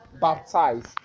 Baptized